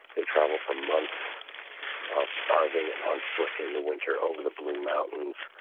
they traveled for months starving and on foot in the winter over the blue mountains